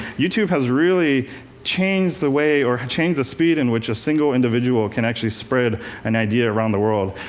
youtube has really changed the way, or changed the speed, in which a single individual can actually spread an idea around the world.